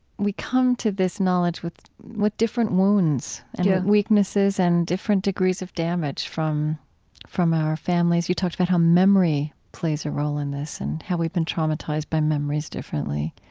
we come to this knowledge with with different wounds and yeah weaknesses and different degrees of damage from from our families. you talked about how memory plays a role in this and how we've been traumatized by memories differently.